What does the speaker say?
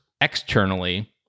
externally